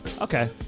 Okay